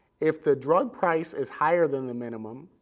if the drug price is higher than the minimum,